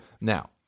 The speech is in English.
Now